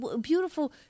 beautiful